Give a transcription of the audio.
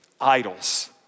idols